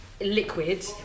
liquid